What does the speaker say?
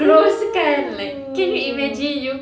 !eww!